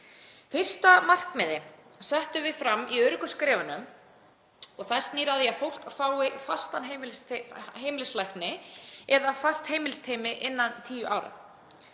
Fyrsta markmiðið sem settum við fram í Öruggu skrefunum snýr að því að fólk fái fastan heimilislækni eða fast heimilisteymi innan tíu ára.